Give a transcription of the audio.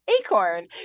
acorn